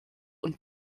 und